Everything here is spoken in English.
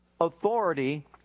authority